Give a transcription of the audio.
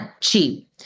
cheap